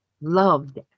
loved